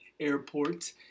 airport